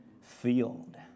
field